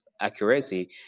accuracy